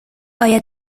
آیا